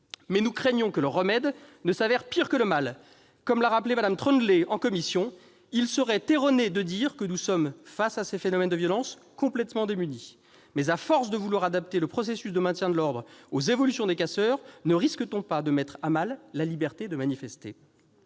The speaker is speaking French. Mais nous craignons que le remède ne s'avère pire que le mal. Comme l'a rappelé Mme Troendlé en commission, « il serait erroné de dire que nous sommes, face à ces phénomènes de violence, complètement démunis ». Mais, à force de vouloir adapter le processus de maintien de l'ordre aux évolutions des casseurs, ne risque-t-on pas de mettre à mal la liberté de manifester ?